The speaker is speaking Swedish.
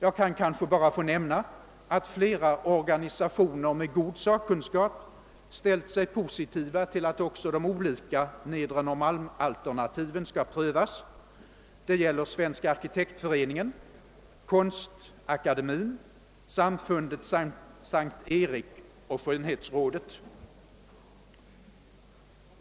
Jag vill bara nämna att flertalet organisationer med god sakkunskap ställt sig positiva till att också de olika Nedre Norrmalms-alternativen skall prövas. Jag avser Svenska arkitektföreningen, Konstakademien, Samfundet S:t Erik och skönhetsrådet.